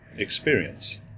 experience